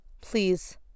please